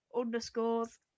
underscores